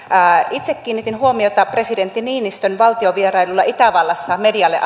itse kiinnitin huomiota presidentti niinistön valtiovierailulla itävallassa medialle